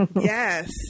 Yes